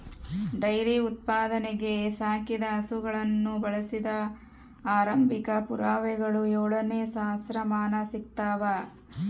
dairy ಉತ್ಪಾದನೆಗೆ ಸಾಕಿದ ಹಸುಗಳನ್ನು ಬಳಸಿದ ಆರಂಭಿಕ ಪುರಾವೆಗಳು ಏಳನೇ ಸಹಸ್ರಮಾನ ಸಿಗ್ತವ